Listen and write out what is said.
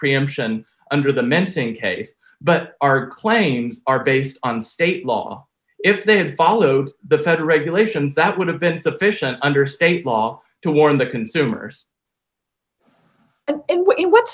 preemption under the mensing case but our claims are based on state law if they had followed the fed regulations that would have been sufficient under state law to warn the consumers